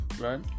right